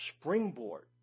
springboard